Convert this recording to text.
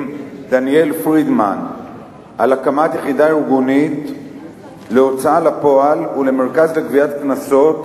דניאל פרידמן על הקמת יחידה ארגונית להוצאה לפועל ומרכז לגביית קנסות,